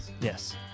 Yes